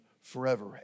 forever